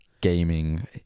gaming